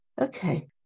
Okay